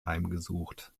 heimgesucht